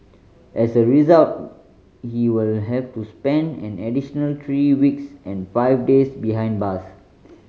as a result he will have to spend an additional three weeks and five days behind bars